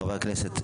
חברי הכנסת.